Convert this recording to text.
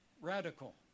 radical